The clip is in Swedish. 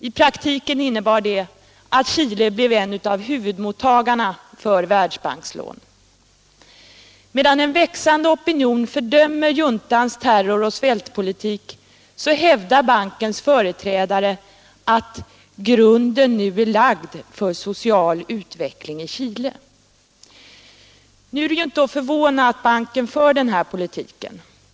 I praktiken innebar detta att Chile blev en av huvudmottagarna för Världsbankslån. Medan en växande opinion fördömer juntans terror och svältpolitik Internationellt utvecklingssamar 7n 7nN2 hävdar bankens företrädare att ”grunden nu är lagd för social utveckling i Chile”. Nu är det inte att förvåna att banken för denna politik.